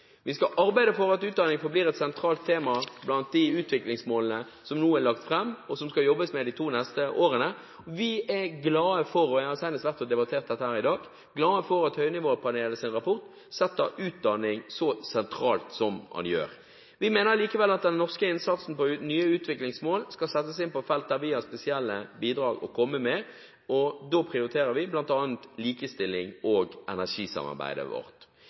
Vi skal arbeide for at utdanning forblir et sentralt tema blant de utviklingsmålene som nå er lagt fram, og som det skal jobbes med de to neste årene. Vi er glad for – jeg har senest vært og debattert dette i dag – at Høynivåpanelets rapport setter utdanning så sentralt som den gjør. Vi mener likevel at den norske innsatsen for å nå nye utviklingsmål skal settes inn på felt der vi har spesielle bidrag å komme med, og da prioriterer vi bl.a. likestilling og energisamarbeidet vårt.